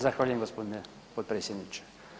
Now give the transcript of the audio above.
Zahvaljujem gospodine potpredsjedniče.